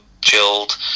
chilled